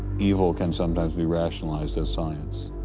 evil can sometimes be rationalized as science.